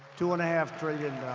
two and a half trillion